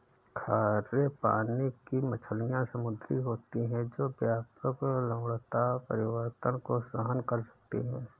खारे पानी की मछलियाँ समुद्री होती हैं जो व्यापक लवणता परिवर्तन को सहन कर सकती हैं